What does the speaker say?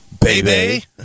Baby